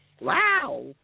Wow